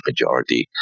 majority